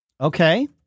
Okay